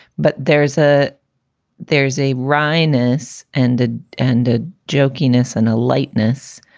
but there is a there's a wryness and it ended jerkiness and a lightness